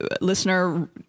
listener